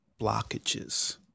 blockages